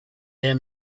down